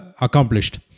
accomplished